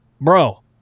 bro